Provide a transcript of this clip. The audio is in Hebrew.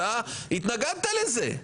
אתה התנגדת לזה.